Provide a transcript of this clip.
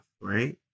Right